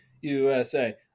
USA